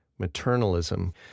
maternalism